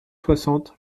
soixante